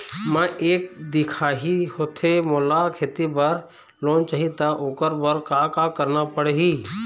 मैं एक दिखाही होथे मोला खेती बर लोन चाही त ओकर बर का का करना पड़ही?